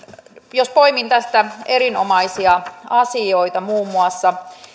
jos poimin tästä erinomaisia asioita muun muassa